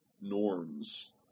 norms